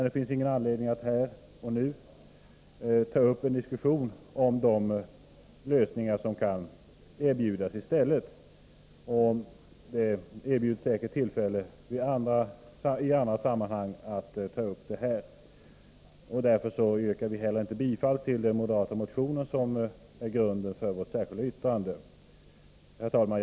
Det finns ingen anledning att här och nu ta upp en diskussion om de lösningar som kan erbjudas i stället. Det blir tillfälle att i andra sammanhang ta upp denna fråga. Därför yrkar vi inte heller bifall till den moderata motion som utgör grunden för vårt särskilda yttrande. Herr talman!